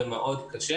ומאד קשה